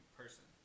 person